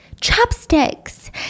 Chopsticks